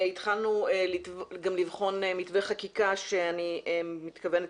התחלנו גם לבחון מתווה חקיקה שאני מתכוונת